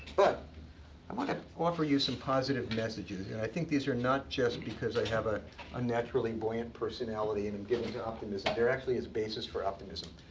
but i want to offer you some positive messages. and i think these are not just because i have ah a naturally buoyant personality and am given to optimism, there actually is a basis for optimism.